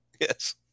Yes